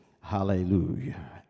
Hallelujah